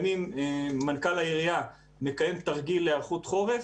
מנכ"ל העירייה מקיים תרגיל להיערכות חורף,